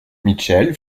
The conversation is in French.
mitchell